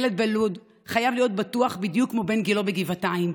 ילד בלוד חייב להיות בטוח בדיוק כמו בן גילו בגבעתיים.